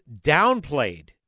downplayed